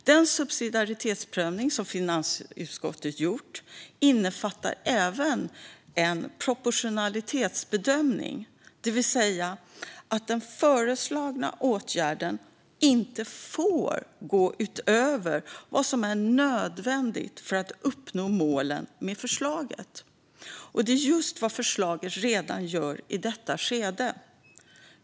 Den subsidiaritetsprövning som finansutskottet gjort innefattar även en proportionalitetsbedömning. Det handlar om att den föreslagna åtgärden inte får gå utöver vad som är nödvändigt för att uppnå målen med förslaget. Och det är just vad förslaget gör redan i detta skede.